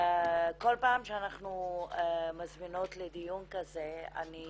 כל פעם שאנחנו מזמינות לדיון כזה, אני